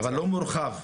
לא מזלזלת בה,